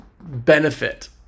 benefit